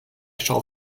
shall